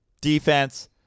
defense